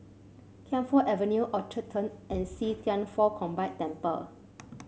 Camphor Avenue Orchard Turn and See Thian Foh Combined Temple